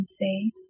say